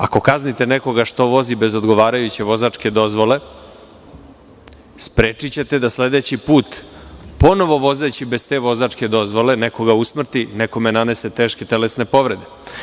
Ako kaznite nekoga što vozi bez odgovarajuće vozčake dozvole, sprečićete da sledeći put ponovo vozeći bez te vozačke dozvole nekoga usmrti, nekome nanese teške telesne povrede.